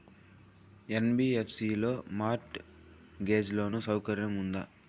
NBFC లో mortgage loan సౌకర్యం ఉందా?